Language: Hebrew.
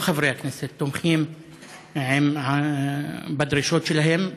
כל חברי הכנסת תומכים בדרישות שלהם.